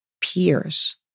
peers